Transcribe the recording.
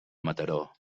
mataró